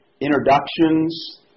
introductions